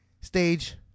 stage